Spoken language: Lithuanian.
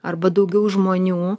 arba daugiau žmonių